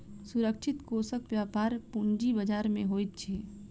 सुरक्षित कोषक व्यापार पूंजी बजार में होइत अछि